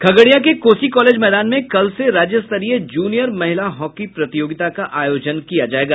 खगड़िया के कोसी कॉलेज मैदान में कल से राज्यस्तरीय जूनियर महिला हॉकी प्रतियोगिता का आयोजन किया जायेगा